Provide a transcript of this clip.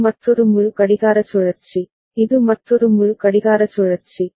இது மற்றொரு முழு கடிகார சுழற்சி இது மற்றொரு முழு கடிகார சுழற்சி